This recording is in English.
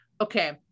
okay